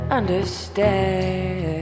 understand